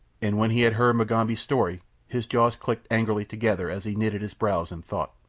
and when he had heard mugambi's story his jaws clicked angrily together as he knitted his brows in thought.